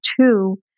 two